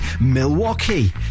Milwaukee